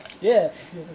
Yes